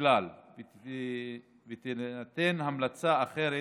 ככל שתינתן המלצה אחרת,